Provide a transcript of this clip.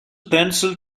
pencil